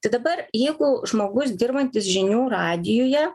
tai dabar jeigu žmogus dirbantis žinių radijuje